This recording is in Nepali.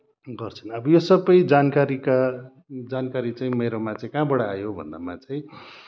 गर्छन् अब यो सबै जानकारीका जानकारी चाहिँ मेरोमा चाहिँ कहाँबाट आयो भन्दामा चाहिँ